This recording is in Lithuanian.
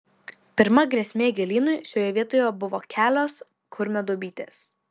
pirma grėsmė gėlynui šioje vietoje buvo kelios kurmio duobytės